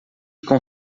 com